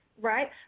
right